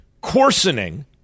coarsening